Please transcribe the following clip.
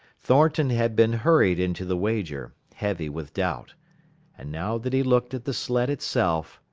thornton had been hurried into the wager, heavy with doubt and now that he looked at the sled itself,